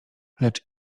lecz